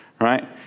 Right